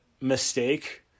mistake